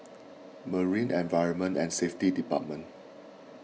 Marine Environment and Safety Department